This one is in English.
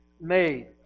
made